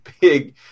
big